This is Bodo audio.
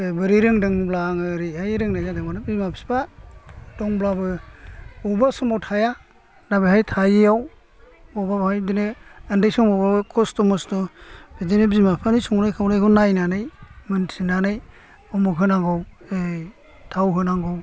बोरै रोंदों होनब्ला आं ओरैहाय रोंनाय जादों बिमा बिफा दंब्लाबो अबावबा समाव थाया दा बेहाय थायै आव अबावहाय बिदिनो उन्दै समाव खस्थ' मस्थ' बिदिनो बिमा बिफानि संनायखौ नायनानै मोनथिनानै उमुख होनांगौ थाव होनांगौ